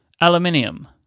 Aluminium